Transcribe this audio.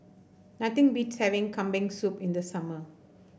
nothing beats having Kambing Soup in the summer